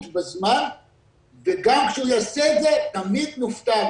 בזמן וגם כשהוא יעשה את זה תמיד נופתע,